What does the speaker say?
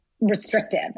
restrictive